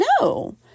no